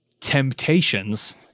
temptations